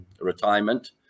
retirement